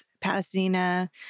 Pasadena